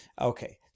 Okay